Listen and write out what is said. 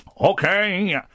Okay